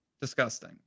Disgusting